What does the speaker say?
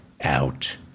out